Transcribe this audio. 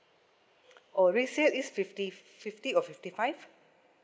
orh resale is fifty fifty or fifty five